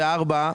24'.